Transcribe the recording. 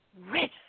Rich